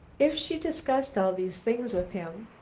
if she discussed all these things with him,